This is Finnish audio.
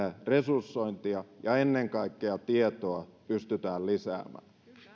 resursointia ja ennen kaikkea tietoa pystytään lisäämään